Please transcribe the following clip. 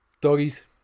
doggies